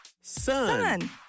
sun